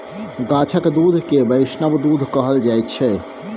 गाछक दुध केँ बैष्णव दुध कहल जाइ छै